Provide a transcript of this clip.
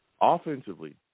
Offensively